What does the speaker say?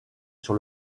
sur